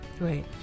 right